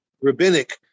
rabbinic